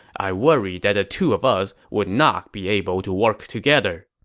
i worry that the two of us would not be able to work together.